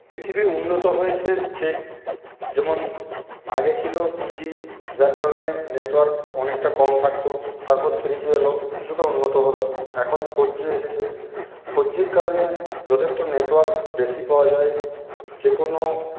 পৃথিবী উন্নত হয়েছে ঠিক যেমন আগে ছিল টু জি যার কারণে নেটওয়ার্ক অনেকটা কম থাকত তারপর থ্রি জি এল কিছুটা উন্নত হল এখন ফোর জি এসেছে ফোর জির কারণে যথেষ্ট নেটওয়ার্ক বেশি পাওয়া যায় যে কোনো